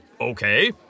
okay